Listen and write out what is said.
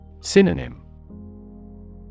Synonym